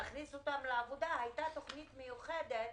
להכניס אותם לעבודה, הייתה תכנית עבודה מיוחדת